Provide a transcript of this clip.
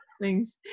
Thanks